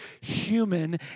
human